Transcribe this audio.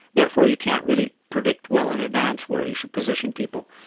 therefore you can't really predict well in advance where you should position people.